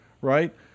right